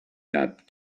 that